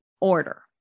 order